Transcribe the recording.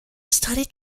study